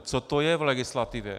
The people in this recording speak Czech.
Co to je v legislativě?